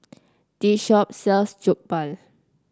this shop sells Jokbal